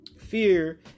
fear